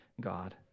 God